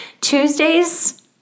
tuesdays